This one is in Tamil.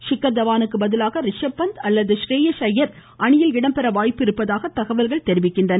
ஷிக்கர் தவானுக்கு பதிலாக ரிஷப்பந்த் ஸ்ரேயர்ஸ் அய்யர் அணியில் இடம்பெற வாய்ப்பு இருப்பதாக தகவல்கள் தெரிவிக்கின்றன